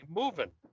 moving